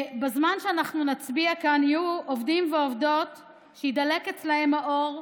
בזמן שאנחנו נצביע כאן יהיו עובדים ועובדות שיידלק אצלם האור,